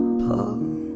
pull